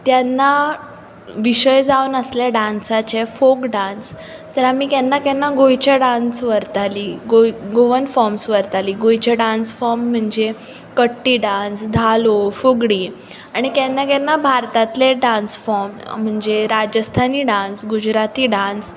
तेन्ना विशय जावन आसले डान्साचे फोक डान्स तर आमी केन्ना केन्ना गोंयचे डान्स व्हरतालीं गोय गोवन फॉम्स व्हरतालीं गोंयचे डान्स फॉम म्हणजे कट्टी डान्स धालो फुगडी आणी केन्ना केन्ना भारतांतले डान्स फॉम म्हणजे राजस्थानी डान्स गुजराती डान्स